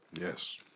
Yes